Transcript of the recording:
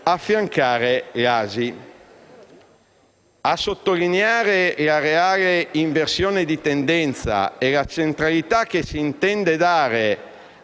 affiancare l'ASI. Per sottolineare la reale inversione di tendenza e la centralità che si intende dare